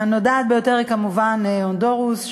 הנודעת ביותר היא כמובן הונדורס,